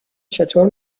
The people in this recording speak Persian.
چطور